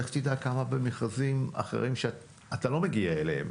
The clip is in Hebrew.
לך תדע כמה במכרזים אחרים שאתה לא מגיע אליהם.